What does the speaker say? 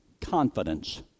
confidence